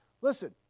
Listen